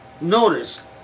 notice